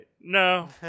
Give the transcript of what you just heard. No